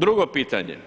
Drugo pitanje,